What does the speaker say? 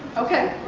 okay,